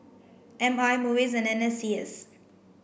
M I MUIS and N S C S